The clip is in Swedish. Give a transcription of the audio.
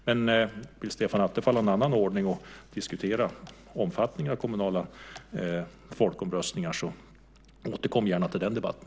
Men om Stefan Attefall vill ha en annan ordning och diskutera omfattningen av kommunala folkomröstningar så återkom gärna till den debatten!